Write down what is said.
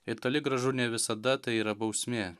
ir toli gražu ne visada tai yra bausmė